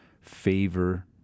favor